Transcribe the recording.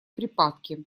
припадки